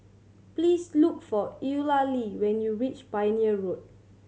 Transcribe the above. please look for Eulalie when you reach Pioneer Road